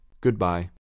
Goodbye